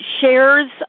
shares